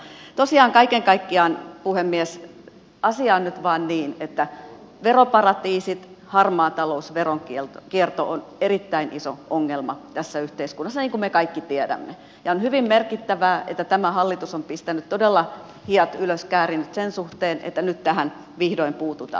tosiaan kaiken kaikkiaan puhemies asia on nyt vain niin että veroparatiisit harmaa talous ja veronkierto ovat erittäin iso ongelma tässä yhteiskunnassa niin kuin me kaikki tiedämme ja on hyvin merkittävää että tämä hallitus on käärinyt todella hihat ylös sen suhteen että nyt tähän vihdoin puututaan